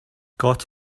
got